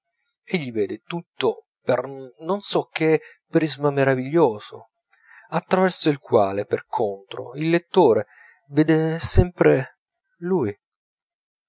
egli vede tutto per non so che prisma meraviglioso a traverso il quale per contro il lettore vede sempre lui